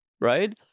right